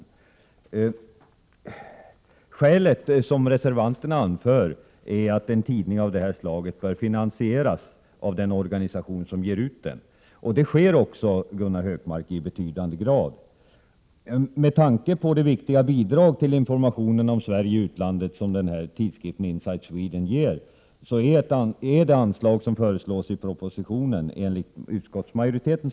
Reservanterna anför som skäl för avstyrkandet att en tidning av detta slag i första hand bör finansieras av den organisation som ger ut den. Det sker också, Gunnar Hökmark, i betydande grad. Med tanke på det viktiga bidrag tillinformationen om Sverige i utlandet som tidskriften Inside Sweden ger är — Prot. 1987/88:95 det anslag som föreslås i propositionen, enligt utskottets mening, befogat.